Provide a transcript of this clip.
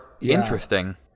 Interesting